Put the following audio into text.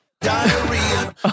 Diarrhea